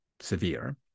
severe